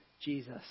Jesus